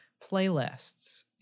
playlists